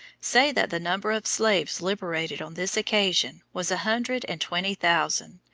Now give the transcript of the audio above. say that the number of slaves liberated on this occasion was a hundred and twenty thousand,